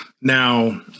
Now